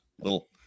little